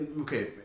okay